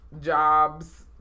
Jobs